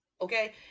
Okay